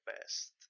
best